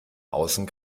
außen